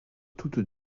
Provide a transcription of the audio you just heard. toutes